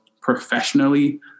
professionally